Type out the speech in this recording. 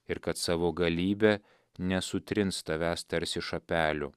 ir kad savo galybe nesutrins tavęs tarsi šapelių